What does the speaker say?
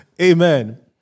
Amen